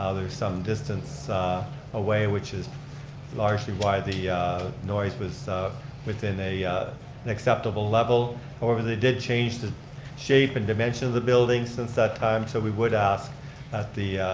ah they are some distance away, which is largely why the noise was within an acceptable level. however, they did change the shape and dimension of the building since that time. so we would ask that the,